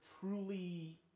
truly